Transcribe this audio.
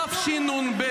תשנ"ב,